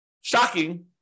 shocking